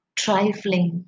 trifling